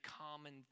common